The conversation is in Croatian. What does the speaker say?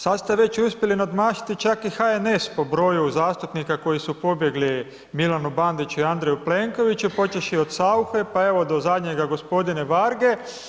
Sada ste već uspjeli nadmašiti čak i HNS po broju zastupnika koji su pobjegli Milanu Bandiću i Andreju Plenkoviću počevši od Sauche, pa evo do zadnjega gospodina Varge.